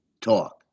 talk